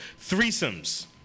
Threesomes